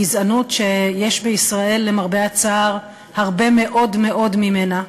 גזענות שיש בישראל למרבה הצער הרבה מאוד מאוד ממנה,